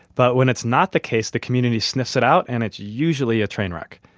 but when it's not the case, the community sniffs it out, and it's usually a train wreck.